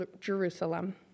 Jerusalem